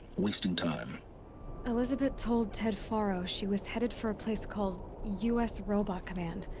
wasting time elisabet told ted faro she was headed for a place called. us robot command.